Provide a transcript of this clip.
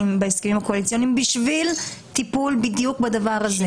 בהסכמים הקואליציוניים בשביל טיפול בדיוק בדבר הזה.